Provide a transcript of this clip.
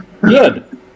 Good